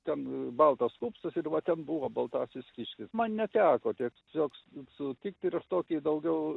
ten baltas kupstas ir va ten buvo baltasis kiškis man neteko tiek šioks sutikti ir tokį daugiau